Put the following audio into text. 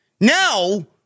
Now